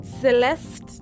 Celeste